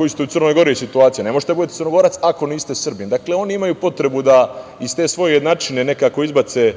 je isto i u Crnoj Gori situacija. Ne možete da budete Crnogorac ako niste Srbin. Dakle, oni imaju potrebu da iz te svoje jednačine nekako izbace,